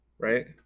right